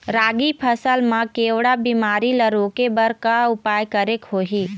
रागी फसल मा केवड़ा बीमारी ला रोके बर का उपाय करेक होही?